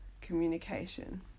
communication